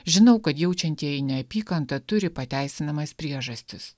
žinau kad jaučiantieji neapykantą turi pateisinamas priežastis